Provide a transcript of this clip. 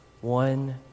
One